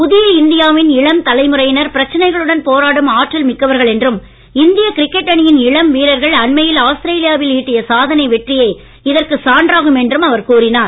புதிய இந்தியாவின் இளம் தலைமுறையினர் பிரச்சனைகளுடன் போராடும் ஆற்றல் மிக்கவர்கள் என்றும் இந்திய கிரிக்கெட் அணியின் இளம் வீரர்கள் அண்மையில் ஆஸ்திரேலியாவில் ஈட்டிய சாதனை வெற்றியே இதற்கு சான்றாகும் என்றும் கூறினார்